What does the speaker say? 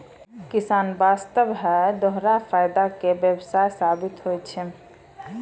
किसान वास्तॅ है दोहरा फायदा के व्यवसाय साबित होय छै